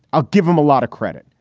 i'll give him a lot of credit.